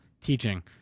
teaching